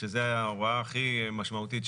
שזו ההוראה הכי משמעותית,